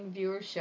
viewership